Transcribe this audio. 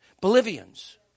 Bolivians